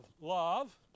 love